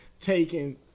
taken